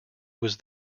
was